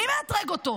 מי מאתרג אותו?